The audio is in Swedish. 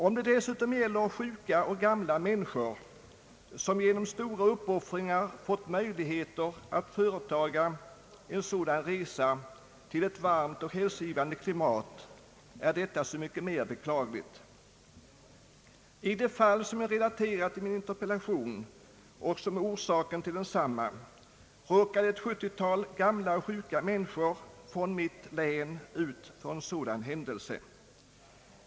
Om det dessutom gäller sjuka och gamla människor som genom stora uppoffringar fått möjligheter att företaga en sådan resa till ett varmt och hälsogivande klimat, är detta så mycket mer beklagligt. I det fall som jag relaterade i min interpellation och som är orsaken till densamma råkade ett 70-tal gamla och sjuka människor från mitt län ut för en sådan händelse.